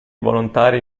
volontari